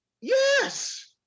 Yes